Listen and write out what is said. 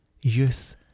youth